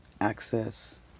access